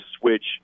switch